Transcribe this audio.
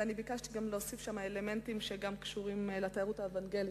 אני ביקשתי להוסיף שם אלמנטים שגם קשורים לתיירות האוונגלית,